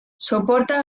soporta